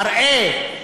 מראה,